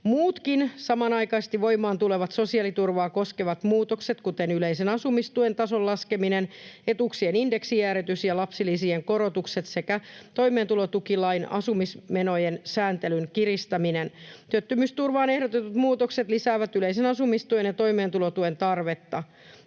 muutkin samanaikaisesti voimaan tulevat sosiaaliturvaa koskevat muutokset, kuten yleisen asumistuen tason laskeminen, etuuksien indeksijäädytys ja lapsilisien korotukset sekä toimeentulotukilain asumismenojen sääntelyn kiristäminen. Työttömyysturvaan ehdotetut muutokset lisäävät yleisen asumistuen ja toimeentulotuen tarvetta.